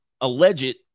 alleged